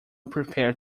prepare